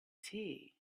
tea